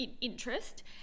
interest